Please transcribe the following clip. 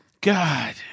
God